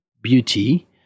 beauty